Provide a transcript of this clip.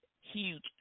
huge